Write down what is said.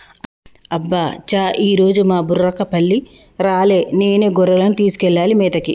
అబ్బ చా ఈరోజు మా బుర్రకపల్లి రాలే నేనే గొర్రెలను తీసుకెళ్లాలి మేతకి